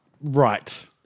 Right